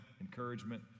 encouragement